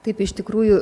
taip iš tikrųjų